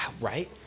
Right